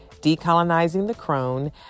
decolonizingthecrone